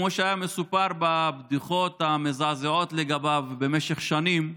כמו שהיה מסופר בבדיחות המזעזעות לגביו במשך שנים,